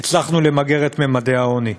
הצלנו למגר את ממדי העוני.